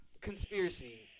conspiracy